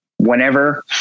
whenever